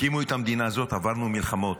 הקימו את המדינה הזאת, עברנו מלחמות,